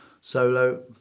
solo